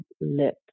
Lip